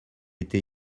été